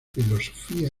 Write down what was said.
filosofía